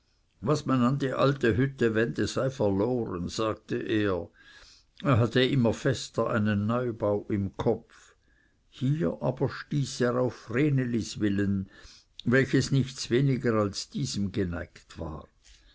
was man an die alte hütte wende sei verloren sagte er er hatte immer fester einen neubau im kopf hier aber stieß er auf vrenelis willen welches nichts weniger als diesem geneigt war